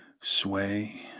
Sway